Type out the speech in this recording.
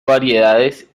variedades